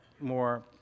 more